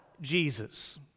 Jesus